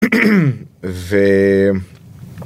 ו